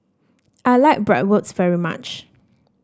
I like Bratwurst very much